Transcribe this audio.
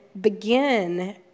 begin